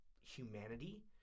humanity